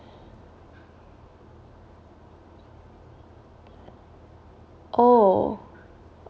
oh